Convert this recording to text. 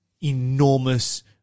enormous